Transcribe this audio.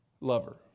lover